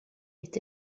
est